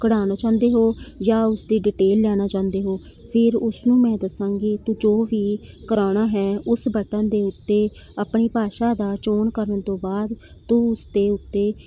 ਕਢਾਉਣਾ ਚਾਹੁੰਦੇ ਹੋ ਜਾਂ ਉਸ ਦੀ ਡਿਟੇਲ ਲੈਣਾ ਚਾਹੁੰਦੇ ਹੋ ਫਿਰ ਉਸ ਨੂੰ ਮੈਂ ਦੱਸਾਂਗੀ ਤੂੰ ਜੋ ਵੀ ਕਰਾਉਣਾ ਹੈ ਉਸ ਬਟਨ ਦੇ ਉੱਤੇ ਆਪਣੀ ਭਾਸ਼ਾ ਦਾ ਚੋਣ ਕਰਨ ਤੋਂ ਬਾਅਦ ਤੂੰ ਉਸ ਦੇ ਉੱਤੇ